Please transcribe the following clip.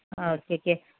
ꯑꯣ ꯊꯤꯛ ꯍꯦ